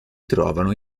trovano